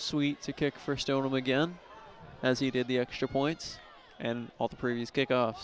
sweet to kick for stone again as he did the extra points and all the previous kick off